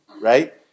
Right